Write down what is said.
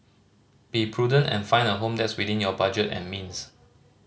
be prudent and find a home that's within your budget and means